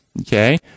Okay